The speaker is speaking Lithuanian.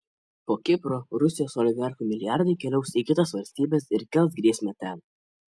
po kipro rusijos oligarchų milijardai keliaus į kitas valstybes ir kels grėsmę ten